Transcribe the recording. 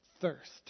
Thirst